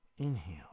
Inhale